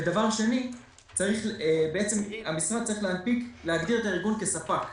ודבר שני, המשרד צריך להגדיר את הארגון כספק.